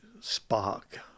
spark